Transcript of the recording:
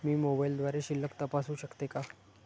मी मोबाइलद्वारे शिल्लक तपासू शकते का?